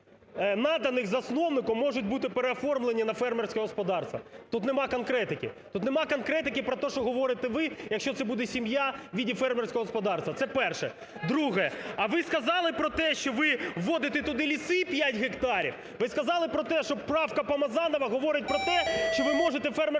Наданих засновником, можуть бути переоформлені на фермерське господарство. Тут немає конкретики, тут немає конкретики про те, що говорите ви, якщо це буде сім'я у вигляді фермерського господарства. Це перше. Друге. А ви сказали, про те, що ви вводите туди ліси, п'ять гектарів, ви сказали про те, що правка Памазанова говорить про те, що ви можете фермерське господарство